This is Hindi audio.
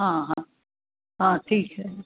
हाँ हाँ हाँ ठीक है